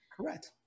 Correct